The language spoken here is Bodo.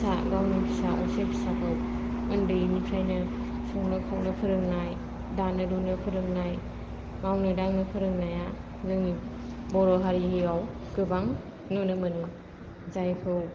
फिसा गावनि फिसा असे फिसाखौ ओन्दैनिफ्रायनो संनो खावनो फोरोंनाय दानो लुनो फोरोंनाय मावनो दांनो फोरोंनाया जोंनि बर'हारियाव गोबां नुनो मोनो जायखौ